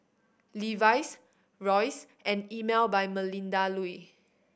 Levi's Royce and Emel by Melinda Looi